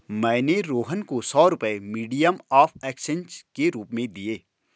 मैंने रोहन को सौ रुपए मीडियम ऑफ़ एक्सचेंज के रूप में दिए